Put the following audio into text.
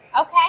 okay